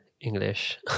English